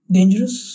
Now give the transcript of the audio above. Dangerous